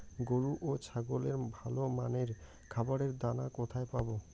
গরু ও ছাগলের ভালো মানের খাবারের দানা কোথায় পাবো?